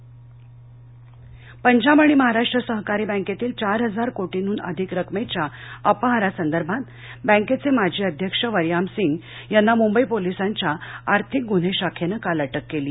PMC Punjab and Maharashtra सहकारी बँकेतील चार हजार कोटींडून अधिक रक्कमेच्या अपहारासंदर्भात बँकेचे माजी अध्यक्ष वरयाम सिंग यांना मुंबई पोलिसांच्या आर्थिक गुन्हे शाखेनं काल अटक केली